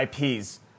IPs